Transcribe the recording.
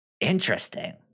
Interesting